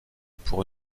pour